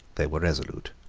they were resolute.